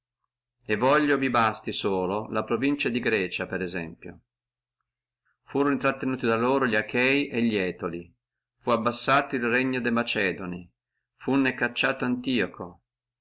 e voglio mi basti solo la provincia di grecia per esemplo furono intrattenuti da loro li achei e li etoli fu abbassato el regno de macedoni funne cacciato antioco